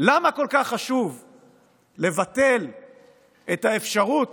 למה כל כך חשוב לבטל את האפשרות